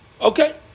Okay